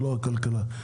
ולא הכלכלה.